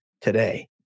today